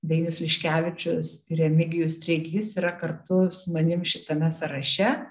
dainius liškevičius ir remigijus treigys yra kartu su manim šitame sąraše